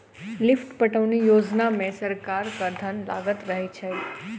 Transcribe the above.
lift पटौनी योजना मे सरकारक धन लागल रहैत छै